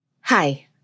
Hi